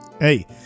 Hey